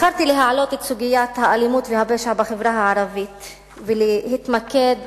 בחרתי להעלות את סוגיית האלימות והפשע בחברה הערבית ולהתמקד